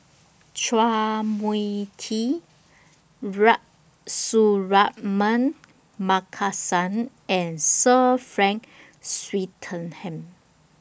Chua Mia Tee Suratman Markasan and Sir Frank Swettenham